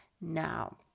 Now